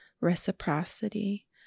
reciprocity